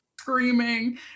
screaming